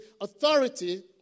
authority